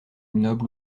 noble